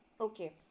Okay